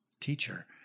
teacher